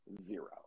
Zero